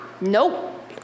nope